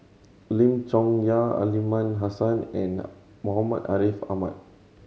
Lim Chong Yah Aliman Hassan and Muhammad Ariff Ahmad